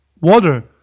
water